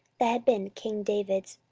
that had been king david's,